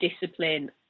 discipline